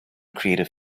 creative